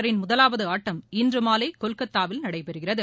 தொடரின் முதலாவது ஆட்டம் இன்று மாலை கொல்கத்தாவில் நடைபெறுகிறது